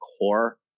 core